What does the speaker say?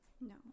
No